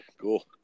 cool